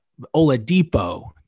Oladipo